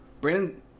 Brandon